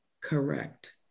Correct